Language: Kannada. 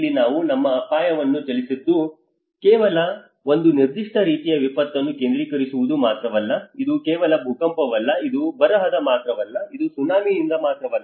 ಇಲ್ಲಿ ನಾವು ನಮ್ಮ ಆಯಾಮವನ್ನು ಚಲಿಸಿದ್ದು ಕೇವಲ ಒಂದು ನಿರ್ದಿಷ್ಟ ರೀತಿಯ ವಿಪತ್ತನ್ನು ಕೇಂದ್ರೀಕರಿಸುವುದು ಮಾತ್ರವಲ್ಲ ಇದು ಕೇವಲ ಭೂಕಂಪವಲ್ಲ ಇದು ಬರದಿಂದ ಮಾತ್ರವಲ್ಲ ಇದು ಸುನಾಮಿಯಿಂದ ಮಾತ್ರವಲ್ಲ